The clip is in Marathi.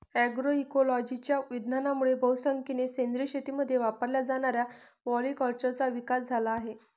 अग्रोइकोलॉजीच्या विज्ञानामुळे बहुसंख्येने सेंद्रिय शेतीमध्ये वापरल्या जाणाऱ्या पॉलीकल्चरचा विकास झाला आहे